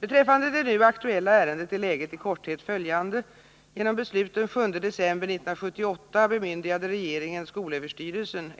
Beträffande det nu aktuella ärendet är läget i korthet följande. Genom beslut den 7 december 1978 bemyndigade regeringen skolöverstyrelsen